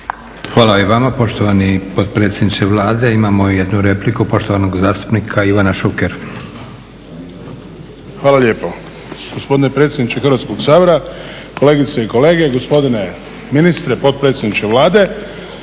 Hvala i vama poštovani potpredsjedniče Vlade. Imamo i jednu repliku poštovanog zastupnika Ivana Šukera. **Šuker, Ivan (HDZ)** Hvala lijepo. Gospodine predsjedniče Hrvatskoga sabora, kolegice i kolege, gospodine ministre, potpredsjedniče Vlade.